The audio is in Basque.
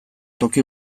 toki